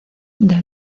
del